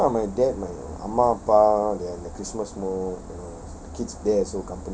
okay lah my dad my oh அம்மா அப்பா:ammaa appaa they are in the christmas mode